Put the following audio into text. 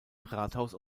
rathaus